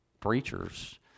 preachers